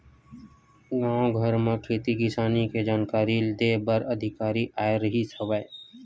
गाँव घर म खेती किसानी के जानकारी दे बर अधिकारी आए रिहिस हवय